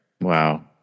wow